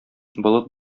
болыт